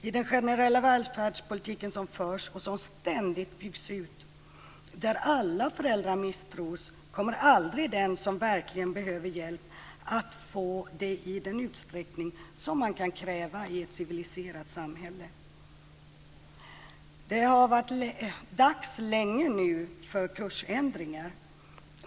I den generella välfärdspolitiken som förs och som ständigt byggs ut, där alla föräldrar misstros, kommer aldrig den som verkligen behöver hjälp att få det i den utsträckning man kan kräva i ett civiliserat samhälle. Det har varit dags länge nu för kursändringar.